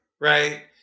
right